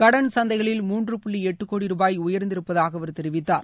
கடன் சந்தைகளில் மூன்று புள்ளி எட்டு கோடி ரூபாய் உயர்ந்திருப்பதாக அவர் தெரிவித்தார்